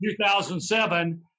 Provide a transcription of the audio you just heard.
2007